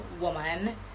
woman